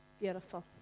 beautiful